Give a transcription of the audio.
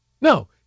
No